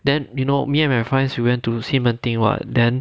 then you know me and my friends we went to 西门町 [what] then